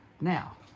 Now